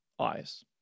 eyes